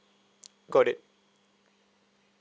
got it